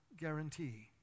guarantee